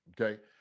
Okay